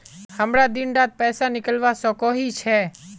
हमरा दिन डात पैसा निकलवा सकोही छै?